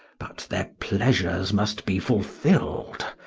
but their pleasures must be fulfill'd,